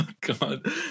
God